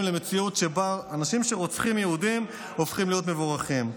למציאות שבה אנשים שרוצחים יהודים הופכים להיות מבורכים.